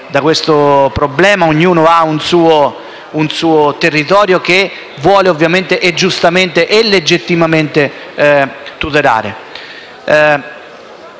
da questo problema, perché ognuno di noi ha un suo territorio che vuole ovviamente, giustamente e legittimamente tutelare.